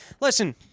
Listen